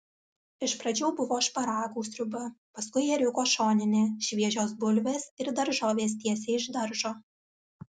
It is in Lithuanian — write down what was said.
iš pradžių buvo šparagų sriuba paskui ėriuko šoninė šviežios bulvės ir daržovės tiesiai iš daržo